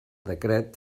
decret